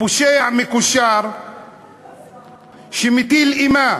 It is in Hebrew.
פושע מקושר שמטיל אימה